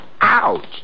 Ouch